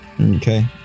Okay